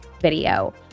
video